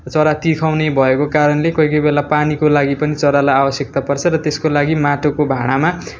चरा तिर्खाउने भएको कारणले कोही कोही बेला पानीको लागि पनि चरालाई आवश्कता पर्छ र त्यसको लागि माटोको भाँडामा